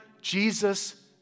Jesus